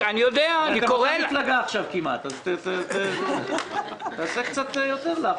אתם כמעט מאותה מפלגה עכשיו אז תפעיל קצת יותר לחץ.